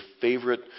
favorite